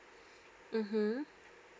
mm hmm